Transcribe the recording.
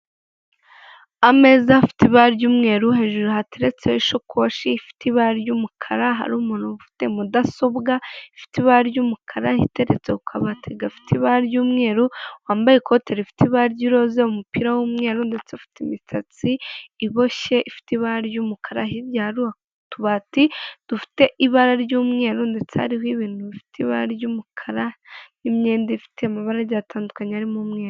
Ameza afite ibara ry'umweru hejuru hateretseho ishakoshi ifite ibara ry'umukara, hari umuntu ufite mudasobwa ifite ibara ry'umukara iteretse ku kabati gafite ibara ry'umweru, wambaye ikote rifite ibara ry'iroza, umupira w'umweru ndetse ufite imisatsi iboshye ifite ibara ry'umukara. Hirya hari utubati dufite ibara ry'umweru ndetse hariho ibintu bifite ibara ry'umukara, n'imyenda ifite amabara agiye atandukanye arimo umweru.